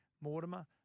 Mortimer